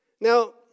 Now